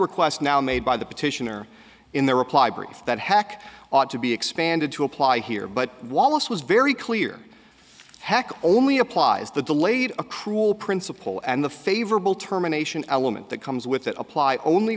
request now made by the petitioner in their reply brief that hack ought to be expanded to apply here but while this was very clear hack only applies the delayed a cruel principle and the favorable terminations element that comes with it apply only